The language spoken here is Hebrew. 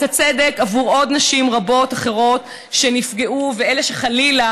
הצדק עבור עוד נשים רבות אחרות שנפגעו ואלה שחלילה